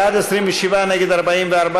סיעת הרשימה המשותפת,